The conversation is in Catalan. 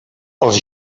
els